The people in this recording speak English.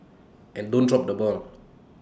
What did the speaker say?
and don't drop the ball